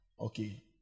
Okay